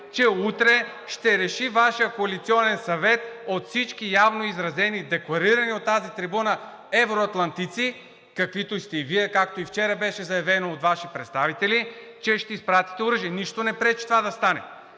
че утре ще реши Вашият коалиционен съвет от всички явно изразени, декларирани от тази трибуна евроатлантици, каквито сте и Вие, както и вчера беше заявено от Ваши представители, че ще изпратите оръжия. Нищо не пречи това да стане.